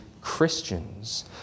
Christians